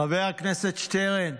חבר הכנסת שטרן,